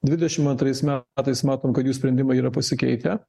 dvidešim antrais metais matom kad jų sprendimai yra pasikeitę